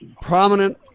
Prominent